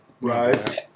Right